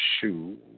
shoe